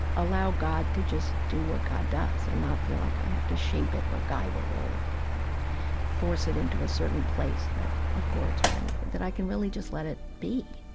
allow god to just do what god does and not feel like i have to shape it or guide it or force it into a certain place that accords with anything, that i can really just let it be